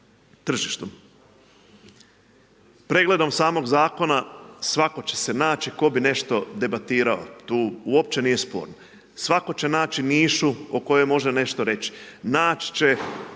Pregledom samog zakona svatko će se naći tko bi nešto debatirao tu, uopće nije sporno. Svatko će naći mišu o kojoj može nešto reći. Naći će